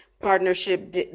partnership